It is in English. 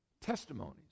testimonies